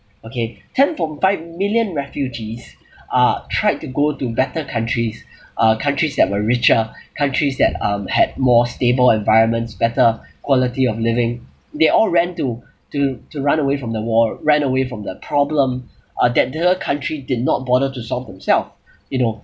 okay ten point five million refugees uh tried to go to better countries uh countries that were richer countries that um had more stable environments better quality of living they all ran to to to run away from the war ran away from the problem uh that the other country did not bother to solve themselves you know